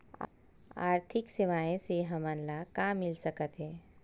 आर्थिक सेवाएं से हमन ला का मिल सकत हे?